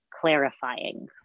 clarifying